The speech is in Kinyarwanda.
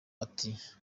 ati